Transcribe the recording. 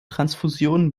transfusionen